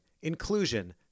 inclusion